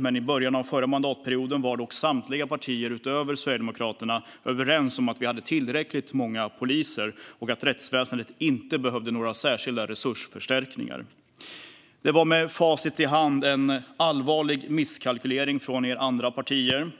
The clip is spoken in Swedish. Men i början av förra mandatperioden var samtliga partier förutom Sverigedemokraterna överens om att vi hade tillräckligt många poliser och att rättsväsendet inte behövde några särskilda resursförstärkningar. Detta var, med facit i hand, en allvarlig misskalkylering från de andra partierna.